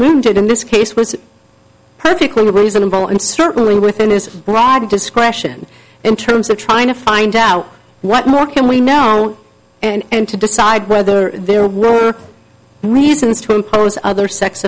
did in this case was perfectly reasonable and certainly within his rag discretion in terms of trying to find out what more can we know and to decide whether there were reasons to impose other sex